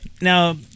now